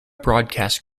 broadcast